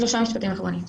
שלושה משפטים אחרונים.